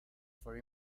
for